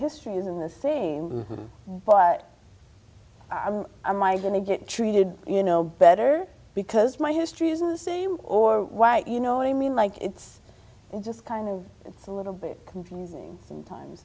history in the same but i'm i going to get treated you know better because my history isn't the same or why you know i mean like it's just kind of a little bit confusing sometimes